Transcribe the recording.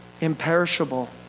imperishable